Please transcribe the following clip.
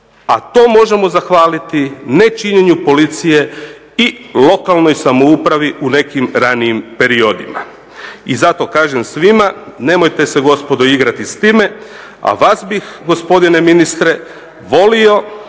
a to možemo zahvaliti nečinjenju policije i lokalnoj samoupravi u nekim ranijim periodima. I zato kažem svima nemojte se gospodo igrati s time, a vas bih gospodine ministre volio